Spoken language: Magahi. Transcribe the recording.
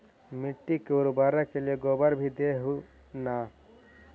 मिट्टी के उर्बरक के लिये गोबर भी दे हो न?